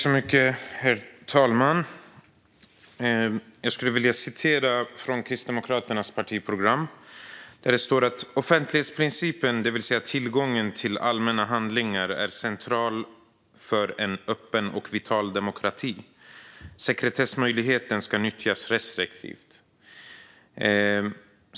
Herr talman! Jag skulle vilja citera ur Kristdemokraternas partiprogram: "Offentlighetsprincipen, det vill säga tillgången till allmänna handlingar, är central för en öppen och vital demokrati. Sekretessmöjligheten ska nyttjas restriktivt."